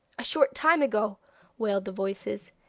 a short time ago wailed the voices.